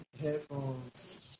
headphones